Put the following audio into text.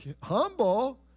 humble